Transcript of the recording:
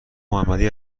محمدی